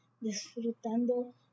disfrutando